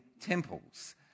temples